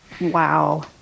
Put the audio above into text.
wow